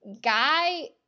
guy